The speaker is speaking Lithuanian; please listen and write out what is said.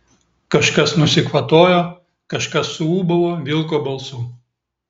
kažkas nusikvatojo kažkas suūbavo vilko balsu